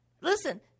listen